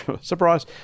surprise